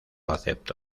aceptó